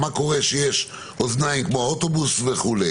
מה קורה כשיש אוזניים כמו באוטובוס וכו'?